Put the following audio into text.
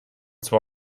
zwar